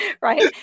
Right